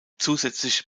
zusätzlich